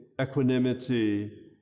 equanimity